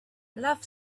love